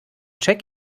check